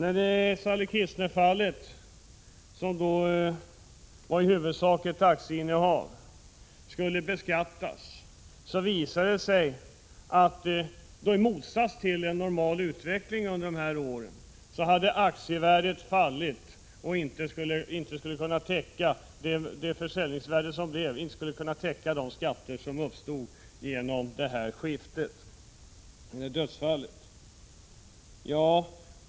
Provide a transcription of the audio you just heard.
I Sally Kistners fall visade det sig, att när aktieinnehavet skulle beskattas hade aktievärdet fallit — i motsats till den normala utvecklingen under dessa år — och att försäljningsvärdet alltså inte skulle täcka arvsskatten vid skiftet efter dödsfallet.